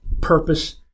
purpose